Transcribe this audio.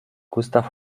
gustav